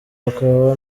bakaba